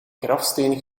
grafsteen